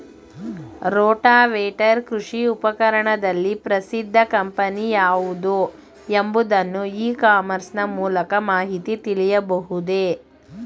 Rotavator ಕೃಷಿ ಉಪಕರಣದಲ್ಲಿ ಪ್ರಸಿದ್ದ ಕಂಪನಿ ಯಾವುದು ಎಂಬುದನ್ನು ಇ ಕಾಮರ್ಸ್ ನ ಮೂಲಕ ಮಾಹಿತಿ ತಿಳಿಯಬಹುದೇ?